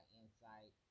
insight